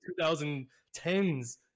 2010s